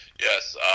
yes